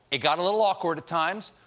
it got a little awkward at times.